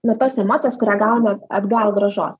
nuo tos emocijos kurią gauna atgal grąžos